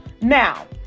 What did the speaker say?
Now